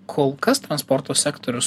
kol kas transporto sektorius